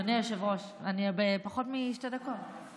אדוני היושב-ראש, אני בפחות משתי דקות.